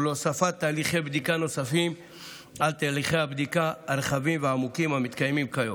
ולהוספת תהליכי בדיקה על תהליכי הבדיקה הרחבים והעמוקים המתקיימים כיום.